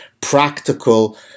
practical